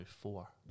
four